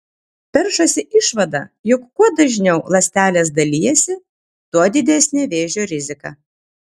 peršasi išvada jog kuo dažniau ląstelės dalijasi tuo didesnė vėžio rizika